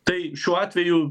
tai šiuo atveju